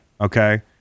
okay